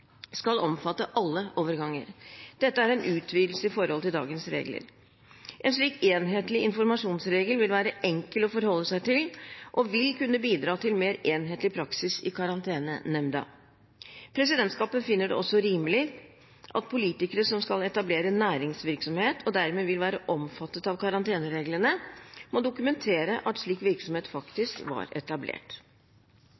skal omfatte alle overganger. Dette er en utvidelse i forhold til dagens regler. En slik enhetlig informasjonsregel vil være enkel å forholde seg til og vil kunne bidra til mer enhetlig praksis i Karantenenemnda. Presidentskapet finner det også rimelig at politikere som skal etablere næringsvirksomhet, og dermed vil være omfattet av karantenereglene, må dokumentere at slik virksomhet faktisk er etablert.